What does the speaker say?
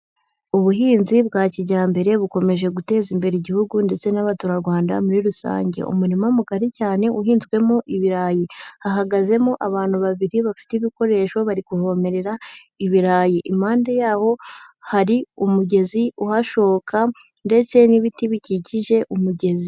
Ubuhinzi bwa kijyambere bukomeje guteza imbere igihugu ndetse n'abaturarwanda muri rusange, umurima mugari cyane uhinzwemo ibirayi, hahagazemo abantu babiri bafite ibikoresho bari kuvomerera ibirayi, impande yawo hari umugezi uhashoka ndetse n'ibiti bikikije umugezi.